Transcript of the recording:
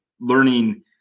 learning